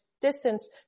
distance